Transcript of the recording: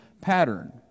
pattern